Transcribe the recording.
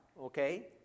okay